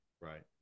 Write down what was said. Right